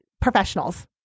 professionals